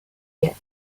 yet